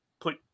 put